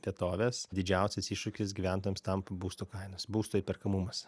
vietovės didžiausias iššūkis gyventojams tampa būstų kainos būsto įperkamumas